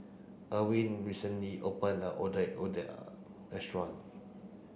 recently opened a otak restaurant